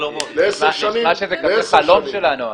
שזה כזה חלום שלנו.